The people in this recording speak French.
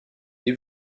peut